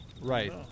Right